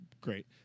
Great